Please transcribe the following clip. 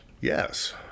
Yes